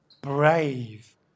brave